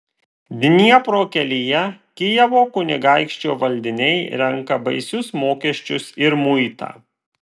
dniepro kelyje kijevo kunigaikščio valdiniai renka baisius mokesčius ir muitą